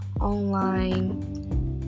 online